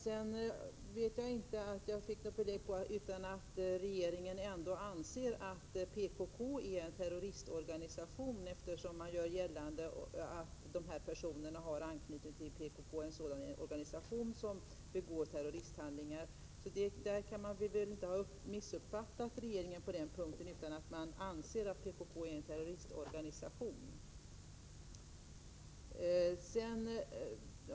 Jag har inte fått något annat besked än att regeringen ändå anser att PKK är en terroristorganisation, eftersom Georg Andersson gör gällande att dessa personer har anknytning till PKK — en organisation som begår terroristhandlingar. Vi behöver alltså inte ha missuppfattat regeringen på den punkten.